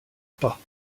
pas